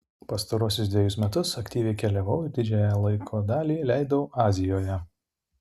pastaruosius dvejus metus aktyviai keliavau ir didžiąją laiko dalį leidau azijoje